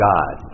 God